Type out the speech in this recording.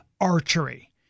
archery